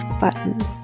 buttons